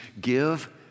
give